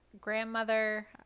grandmother